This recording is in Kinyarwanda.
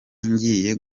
ngiye